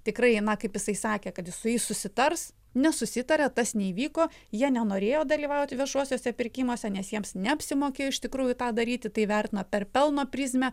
tikrai na kaip jisai sakė kad jisai susitars nesusitarė tas neįvyko jie nenorėjo dalyvauti viešuosiuose pirkimuose nes jiems neapsimokėjo iš tikrųjų tą daryti tai vertino per pelno prizmę